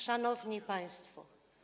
Szanowni Państwo!